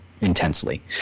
intensely